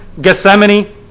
Gethsemane